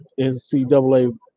NCAA